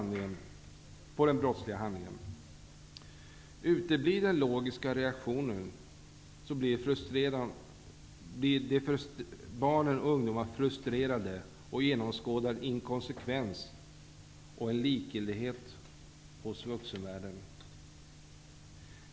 Uteblir den logiska reaktionen, blir barnen och ungdomarna frustrerade och genomskådar en inkonsekvens och en likgiltighet hos vuxenvärlden.